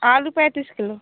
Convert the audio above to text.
आलू पैंतीस किलो